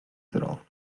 terol